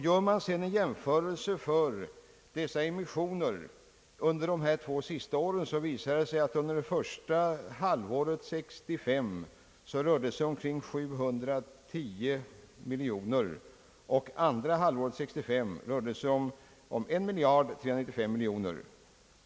Gör man sedan en jämförelse för dessa emissioner för de två sista åren visar det sig, att det under det första halvåret 1965 rör sig om omkring 710 miljoner och andra halvåret 1965 om 1395 miljoner kronor.